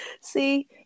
See